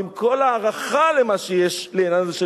ועם כל ההערכה למה שיש לעניין הזה,